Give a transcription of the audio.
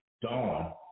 dawn